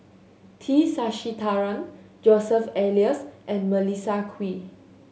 T Sasitharan Joseph Elias and Melissa Kwee